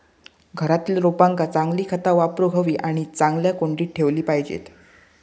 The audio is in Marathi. घरातील रोपांका चांगली खता वापरूक हवी आणि चांगल्या कुंडीत ठेवली पाहिजेत